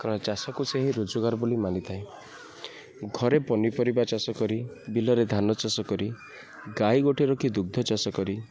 ଚାଷକୁ ସେହି ରୋଜଗାର ବୋଲି ମାନିଥାଏ ଘରେ ପନିପରିବା ଚାଷ କରି ବିଲରେ ଧାନ ଚାଷ କରି ଗାଈ ଗୋଟେ ରଖି ଦୁଗ୍ଧ ଚାଷ କରି